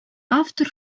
автор